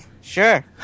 Sure